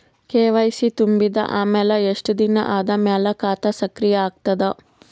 KYC ತುಂಬಿದ ಅಮೆಲ ಎಷ್ಟ ದಿನ ಆದ ಮೇಲ ಖಾತಾ ಸಕ್ರಿಯ ಅಗತದ?